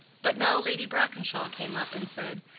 but now lady brackenshaw came up and said,